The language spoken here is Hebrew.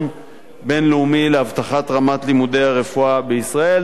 בין-לאומי להבטחת רמת לימודי הרפואה בישראל.